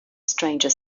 stranger